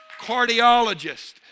Cardiologist